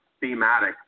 thematic